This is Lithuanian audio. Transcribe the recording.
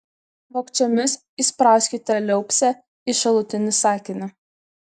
vogčiomis įsprauskite liaupsę į šalutinį sakinį